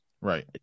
Right